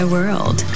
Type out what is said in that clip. World